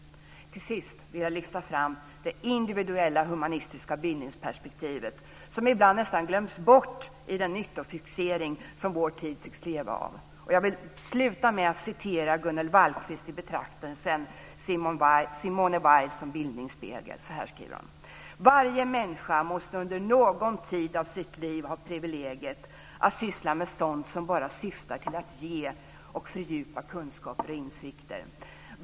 Jag vill lyfta fram det individuella humanistiska bildningsperspektivet som ibland nästan glöms bort i den nyttofixering som vår tid tycks lida av. Jag vill sluta med att citera Gunnel Vallquist i betraktelsen Simone Weil som bildningsspegel. Hon skriver: "Varje människa måste under någon tid av sitt liv ha privilegiet att syssla med sådant som bara syftar till att ge och fördjupa kunskap och insikter.